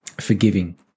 forgiving